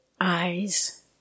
eyes